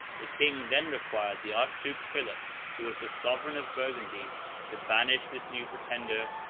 the king then required the archduke philip who was the sovereign of burgundy to banish this new pretender,